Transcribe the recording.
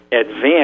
advance